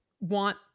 want